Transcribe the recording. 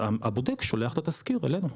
הבודק שולח את התזכיר אלינו.